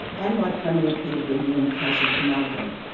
and by premier peter beattie in the case of comalco.